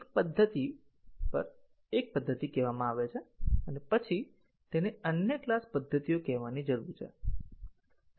એક પદ્ધતિ પર એક પદ્ધતિ કહેવામાં આવે છે અને પછી તેને અન્ય ક્લાસ પદ્ધતિઓ કહેવાની જરૂર છે